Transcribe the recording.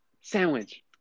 sandwich